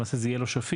למעשה זה יהיה לא שפיט,